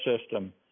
system